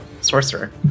Sorcerer